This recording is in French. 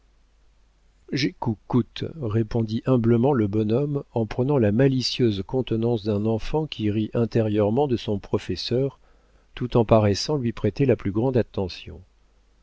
j'écoucoute répondit humblement le bonhomme en prenant la malicieuse contenance d'un enfant qui rit intérieurement de son professeur tout en paraissant lui prêter la plus grande attention